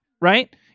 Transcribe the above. right